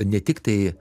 ne tiktai